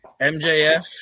MJF